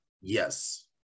Yes